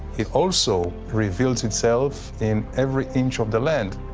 it also reveals itself in every inch of the land.